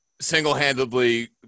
Single-handedly